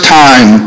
time